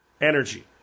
Energy